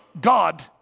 God